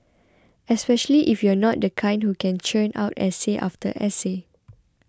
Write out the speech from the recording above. especially if you're not the kind who can churn out essay after essay